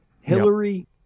Hillary